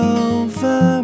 over